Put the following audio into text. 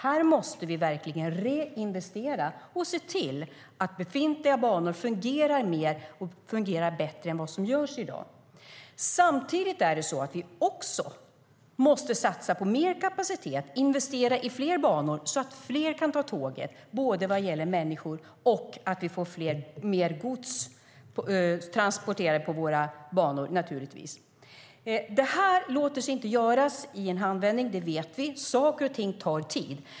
Här måste vi reinvestera och se till att befintliga banor fungerar bättre än i dag. Samtidigt måste vi satsa på mer kapacitet och investera i fler banor så att fler människor kan ta tåget och mer gods kan transporteras på våra banor. Detta låter sig inte göras i en handvändning; det vet vi. Saker och ting tar tid.